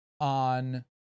on